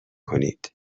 کنید